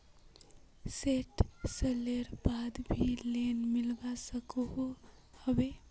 सैट सालेर बाद भी लोन मिलवा सकोहो होबे?